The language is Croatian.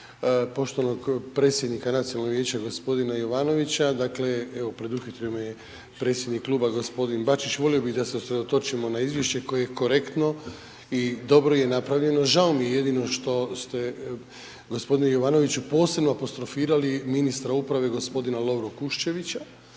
poštovanog predsjednika Nacionalnog vijeća g. Jovanovića, dakle, evo, preduhitrio me je predsjednik kluba g. Bačić, volio bi da se usredotočimo na izvješće koje je korektno i dobro je napravljeno, žao mi je jedino što ste g. Jovanoviću posebno apostrofirali ministara uprave g. Lovru Kuščevića